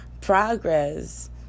progress